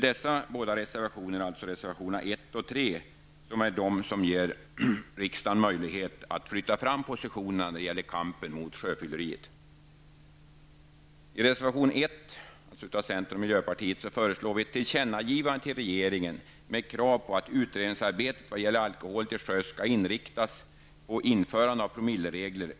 Dessa båda reservationer, alltså reservationerna 1 och 3, ger riksdagen möjlighet att flytta fram positionerna när det gäller kampen mot sjöfylleri. I reservation 1, av centern och miljöpartiet, föreslår vi ett tillkännagivande till regeringen av krav på att utredningsarbetet vad gäller alkohol till sjöss skall inriktas på införande av promilleregler.